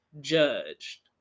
judged